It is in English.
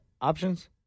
options